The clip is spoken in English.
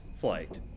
flight